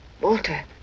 Walter